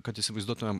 kad įsivaizduotumėm